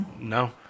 No